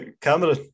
Camera